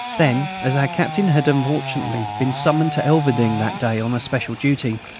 then, as our captain had unfortunately been summoned to elverdinghe that day on special duty,